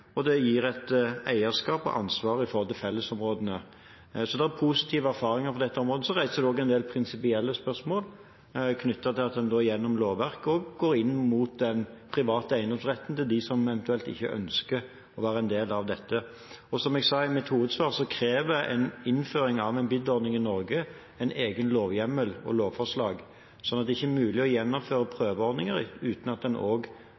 og det gir et eierskap til og ansvar for fellesområdene. Så det er positive erfaringer på dette området. Så reiser det også en del prinsipielle spørsmål, knyttet til at en gjennom lovverket også går inn mot den private eiendomsretten til dem som eventuelt ikke ønsker å være en del av dette. Som jeg sa i mitt hovedsvar, krever innføring av en BID-ordning i Norge en egen lovhjemmel og lovforslag, sånn at det ikke er mulig å gjennomføre prøveordninger uten at en